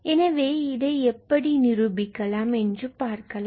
எனவே எப்படி இதை நிரூபிக்கலாம் என்று பார்க்கலாம்